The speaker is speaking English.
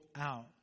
out